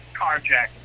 carjacking